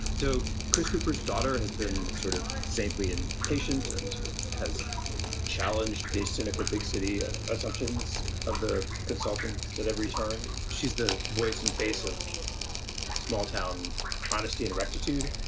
to chris cooper's daughter has been sort of saintly and patient and has challenged a cynical big city ah assumptions of the consultants that every turn. she's the voice and face of small-town honesty and rectitude.